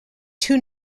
two